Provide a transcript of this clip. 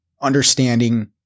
understanding